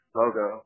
logo